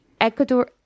Ecuador